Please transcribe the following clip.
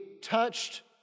touched